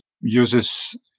uses